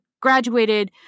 graduated